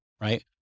right